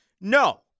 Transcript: No